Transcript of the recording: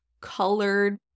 colored